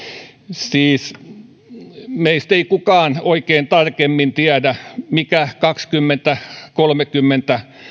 siis kukaan meistä ei oikein tarkemmin tiedä mitkä ovat kaksikymmentä viiva kolmekymmentä